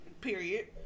Period